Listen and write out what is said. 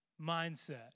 mindset